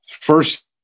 first